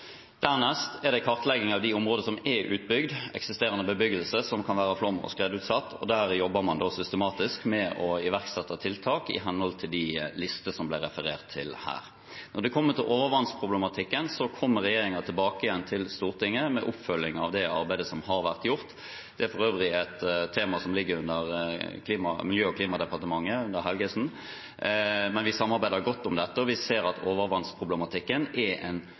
Dernest er det kartlegging av de områdene som er utbygd, eksisterende bebyggelse som kan være flom- og skredutsatt, og der jobber man systematisk med å iverksette tiltak i henhold til de listene som det ble referert til her. Når det gjelder overvannsproblematikken, kommer regjeringen tilbake til Stortinget med oppfølging av det arbeidet som har vært gjort. Det er for øvrig et tema som ligger under Klima- og miljødepartementet, ved statsråd Helgesen. Men vi samarbeider godt om dette, og vi ser at overvannsproblematikken er en